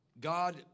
God